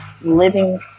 living